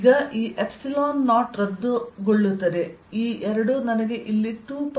ಈಗ ಈ 0ರದ್ದು ಮಾಡುತ್ತದೆ ಈ 2 ನನಗೆ ಇಲ್ಲಿ 2π ನೀಡುತ್ತದೆ